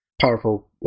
powerful